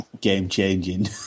game-changing